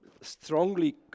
strongly